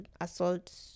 assault